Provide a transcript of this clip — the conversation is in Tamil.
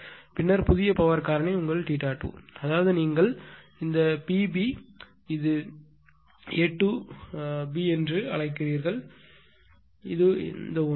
பின்னர் புதிய பவர் காரணி உங்கள் θ2 அதாவது நீங்கள் இந்த PB இது A to B என்று அழைக்கிறீர்கள் இந்த ஒன்று